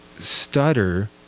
stutter